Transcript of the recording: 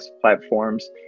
platforms